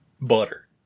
Butter